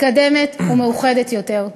מתקדמת ומאוחדת יותר.